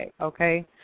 okay